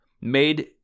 made